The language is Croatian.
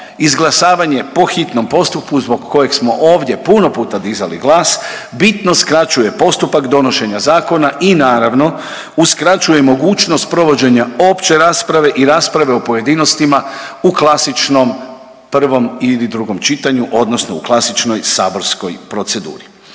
izglasavanje po hitnom postupku zbog kojeg smo ovdje puno puta dizali glas bitno skraćuje postupak donošenja zakona i naravno uskraćuje mogućnost provođenja opće rasprave i rasprave o pojedinostima u klasičnom prvom ili drugom čitanju odnosno u klasičnoj saborskoj proceduri.